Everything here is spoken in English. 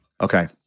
Okay